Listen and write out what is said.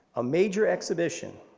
a major exhibition,